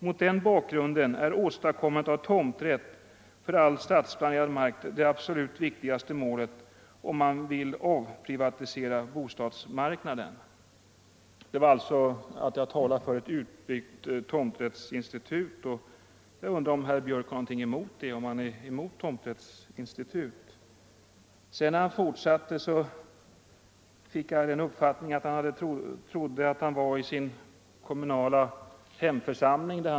Mot den bakgrunden är åstadkommandet av tomträtt för all stadsplanerad mark det absolut viktigaste målet om man vill avprivatisera bostadsmarken.” Jag talade för ett utbyggt tomträttsinstitut. Jag undrar nu om herr Gustafsson har någonting emot ett sådant institut. Av herr Gustafssons anförande fick jag den uppfattningen att han trodde att han befann sig i sin kommunala hemförsamling.